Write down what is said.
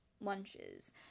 lunches